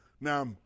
Now